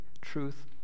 truth